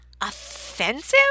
offensive